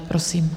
Prosím.